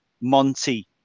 Monty